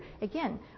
again